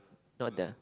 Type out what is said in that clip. not the